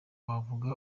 wavuze